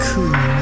Cool